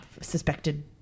suspected